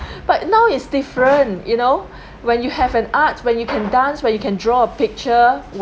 but now it's different you know when you have an art when you can dance where you can draw a picture